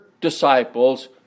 disciples